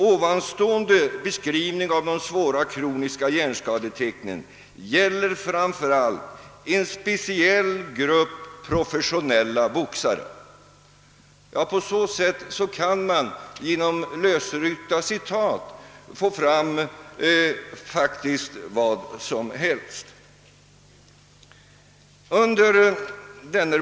Ovanstående beskrivning av de svåra kroniska hjärnskadetecknen gäller framför allt en speciell grupp professionella boxare.» Genom lösryckta citat kan man alltså få fram praktiskt taget vad som helst.